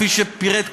כפי שפירט קודם,